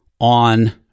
on